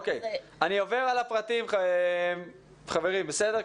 אני עובר על הפרטים, חברים, בסדר?